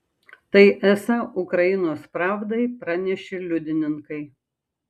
tai esą ukrainos pravdai pranešė liudininkai